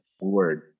word